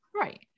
right